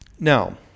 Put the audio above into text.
Now